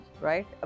right